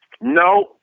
No